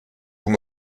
vous